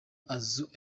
assou